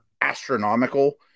astronomical